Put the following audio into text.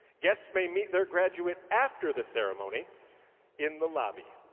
guests may meet their graduate after the ceremony in the lobby.